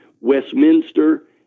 westminster